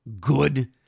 good